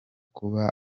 kuba